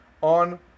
on